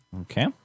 Okay